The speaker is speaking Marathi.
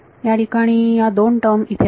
याठिकाणी या दोन टर्म इथे आहेत